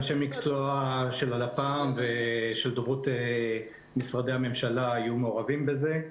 אנשי המקצוע של הלפ"מ ושל דוברות משרדי הממשלה היו מעורבים בזה.